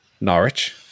Norwich